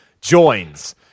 joins –